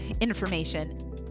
information